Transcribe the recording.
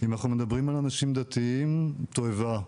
אם אנחנו מדברים על אנשים שהם דתיים תועבה,